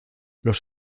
los